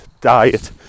diet